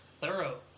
Thorough